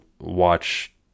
watch